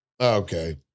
Okay